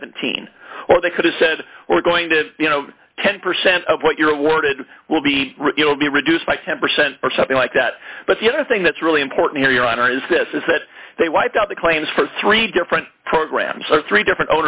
seventeen or they could have said we're going to you know ten percent of what you're awarded will be it'll be reduced by ten percent or something like that but the other thing that's really important to your honor is this is that they wiped out the claims for three different programs or three different